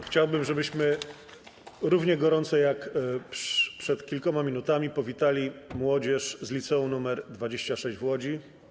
Chciałbym, żebyśmy równie gorąco jak przed kilkoma minutami powitali młodzież z liceum nr 26 w Łodzi.